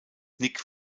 nick